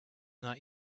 not